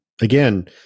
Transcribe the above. again